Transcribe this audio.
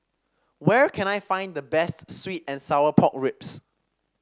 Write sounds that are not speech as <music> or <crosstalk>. where can I find the best sweet and Sour <noise> Pork Ribs